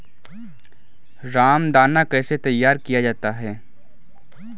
रामदाना कैसे तैयार किया जाता है?